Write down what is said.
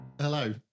Hello